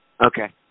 Okay